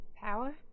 power